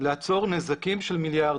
לעצור נזקים של מיליארדים.